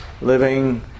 living